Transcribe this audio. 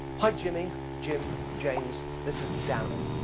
hi jimmy, jim, james, this is darren.